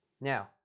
now